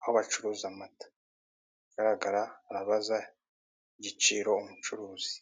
aho bacuruza amata, ikigaragara arabaza igiciro umucuruzi.